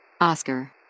Oscar